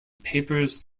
papers